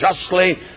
justly